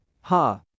ha